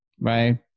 right